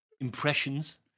impressions